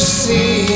see